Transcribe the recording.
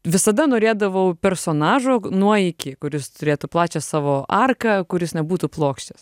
visada norėdavau personažo nuo iki kuris turėtų plačią savo arką kuris nebūtų plokščias